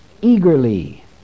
Eagerly